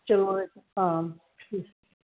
ਚਲੋ ਹਾਂ ਠੀਕ